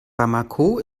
bamako